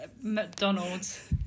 mcdonald's